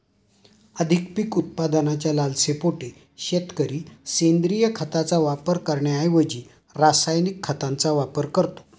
अधिक पीक उत्पादनाच्या लालसेपोटी शेतकरी सेंद्रिय खताचा वापर करण्याऐवजी रासायनिक खतांचा वापर करतो